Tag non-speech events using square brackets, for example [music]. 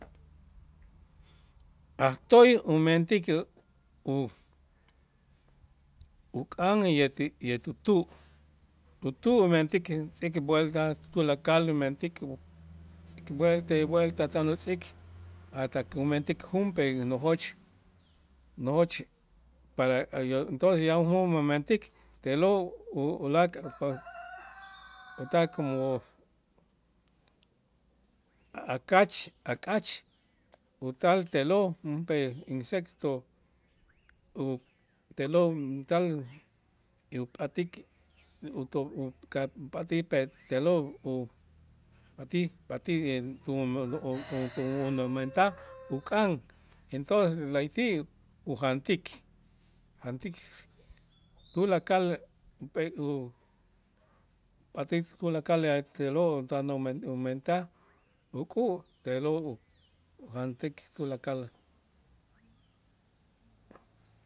A' toy umentik u- ukan ye ti tutu utu mentik vuelta tulakal mentik vuelta y vuelta tan utz'ik hasta kumentik junp'ee nojoch nojoch [unintelligible] entonces ya [unintelligible] mentik te'lo' u- ulaak' tan como akach akach utal te'lo' junp'ee insecto u te'lo' [hesitation] tal upat'ik uto uka' pat'ij pe te'lo' upatij patij [unintelligible] mentaj ukan entonces, la'ayti' ujantik jantik tulakal [unintelligible] patij tulakal [unintelligible] te'lo' tan umen umentaj uk'u' te'lo' u- ujantik tulakal.